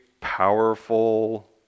powerful